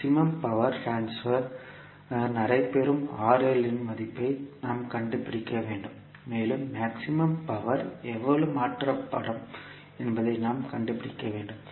maximum power transfer நடைபெறும் இன் மதிப்பை நாம் கண்டுபிடிக்க வேண்டும் மேலும் மேக்ஸிமம் பவர் எவ்வளவு மாற்றப்படும் என்பதை நாம் கண்டுபிடிக்க வேண்டும்